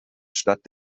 statt